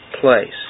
place